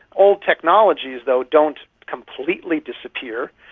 all technologies though don't completely disappear,